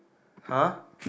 [huh]